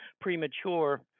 Premature